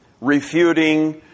refuting